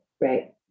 right